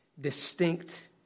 distinct